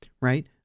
right